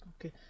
okay